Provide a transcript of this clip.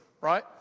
right